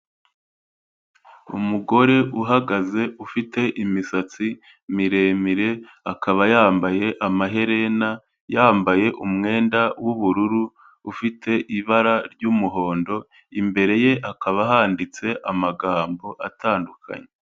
Umugore uhagaze ufite imisatsi miremire, akaba yambaye amaherena, yambaye umwenda w'ubururu ufite ibara ry'umuhondo, imbere ye hakaba handitse amagambo atandukanye.